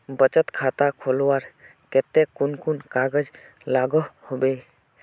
बचत खाता खोलवार केते कुन कुन कागज लागोहो होबे?